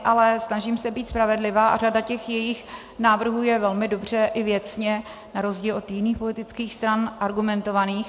Ale snažím se být spravedlivá a řada těch jejich návrhů je velmi dobře i věcně, na rozdíl od jiných politických stran, argumentovaných.